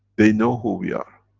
they know who we are.